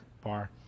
bar